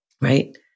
right